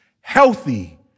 healthy